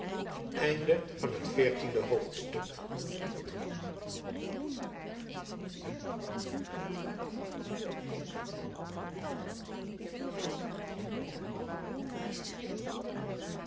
deur van het voorportaal